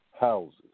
Houses